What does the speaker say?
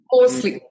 Mostly